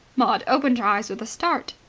maud opened her eyes with a start.